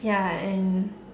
ya and